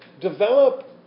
develop